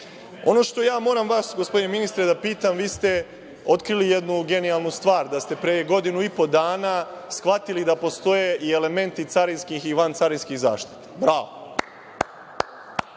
što moram vas gospodine ministre da pitam, vi ste otkrili jednu genijalnu stvar, da ste pre godinu i po dana shvatili da postoje i elementi carinskih i vancarinskih zaštita.